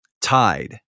tied